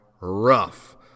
rough